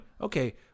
okay